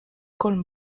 kolm